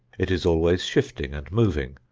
it is always shifting and moving,